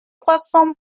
poisson